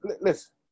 listen